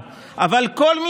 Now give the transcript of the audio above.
לכן אני